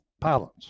pilots